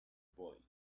boy